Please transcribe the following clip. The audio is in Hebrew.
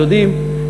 הם יודעים.